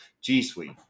g-suite